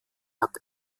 hat